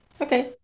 Okay